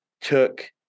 took